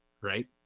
right